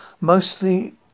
mostly